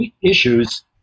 issues